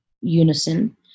unison